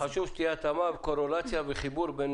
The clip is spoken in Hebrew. חשוב שתהיה התאמה וקורלציה וחיבור.